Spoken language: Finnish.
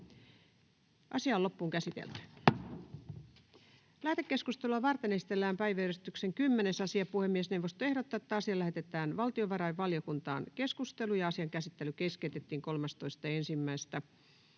myöskin perusoikeus. Lähetekeskustelua varten esitellään päiväjärjestyksen 10. asia. Puhemiesneuvosto ehdottaa, että asia lähetetään valtiovarainvaliokuntaan. Keskustelu ja asian käsittely keskeytettiin 13.11.2024